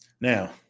Now